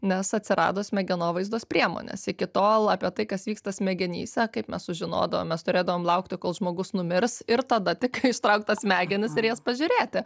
nes atsirado smegenovaizdos priemonės iki tol apie tai kas vyksta smegenyse kaip mes sužinodavom mes turėdavom laukti kol žmogus numirs ir tada tik kai ištrauktos smegenys ir jas pažiūrėti